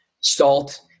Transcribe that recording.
salt